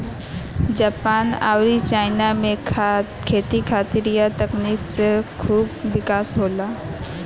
Japan अउरी China में खेती खातिर ए तकनीक से खूब विकास होला